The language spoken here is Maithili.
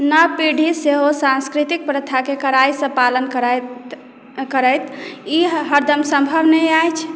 नव पीढ़ी सेहो सांस्कृतिक प्रथाके कड़ाइसँ पालन करथि करथि ई हरदम सम्भव नहि अछि